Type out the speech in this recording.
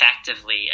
effectively